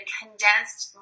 condensed